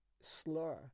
slur